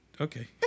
okay